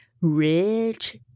rich